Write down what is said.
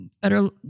better